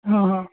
હં હં